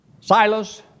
Silas